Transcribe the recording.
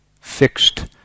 fixed